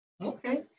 Okay